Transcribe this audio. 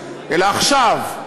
אלא עכשיו,